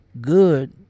good